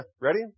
Ready